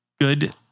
Good